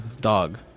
dog